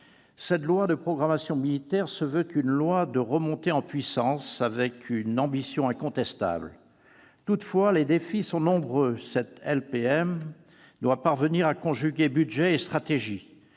Cette loi de programmation militaire se veut une remontée en puissance, avec une ambition incontestable. Toutefois, les défis sont nombreux. La LPM doit parvenir à conjuguer budget et stratégie,